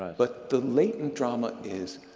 but the latent drama is